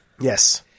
Yes